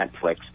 Netflix